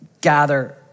gather